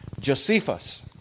Josephus